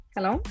Hello